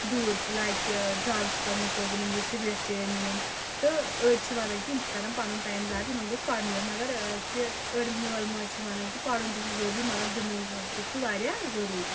دوٗر لایِک کہِ ڈرٛگسَن نِش روزَن یِم سِگریٹ چیٚیَن نہٕ یِم تہٕ أڑۍ چھِ وَنَن کہِ یِم چھِ کَران پَنُن ٹایِم زیادٕ یِمن گوٚژھ پَرنہٕ یُن مگر کہِ أڑی مٲل مٲج چھِ وَنان کہِ پَرُن تہِ چھُ ضٔروٗری مگر گِنٛدُن تہِ چھُ واریاہ ضٔروٗری